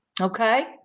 Okay